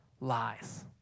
lies